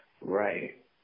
Right